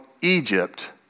Egypt